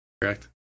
Correct